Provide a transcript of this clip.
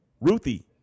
ruthie